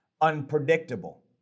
unpredictable